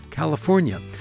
California